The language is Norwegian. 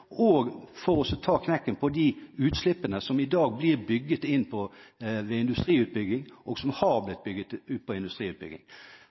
og for å ta knekken på de utslippene som i dag blir bygget inn ved industriutbygging, og som har